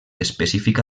específica